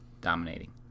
dominating